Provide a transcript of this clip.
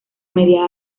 media